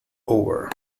over